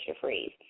Freeze